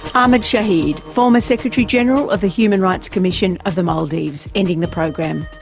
ahmed shahid, former secretary general of the human rights commission of the maldives ending the program.